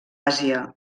àsia